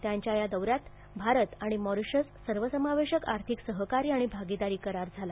त्यांच्या या दौऱ्यात भारत आणि मॉरीशसनं सर्वसमावेशक आर्थिक सहकार्य आणि भागीदारी करार झाला